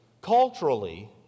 culturally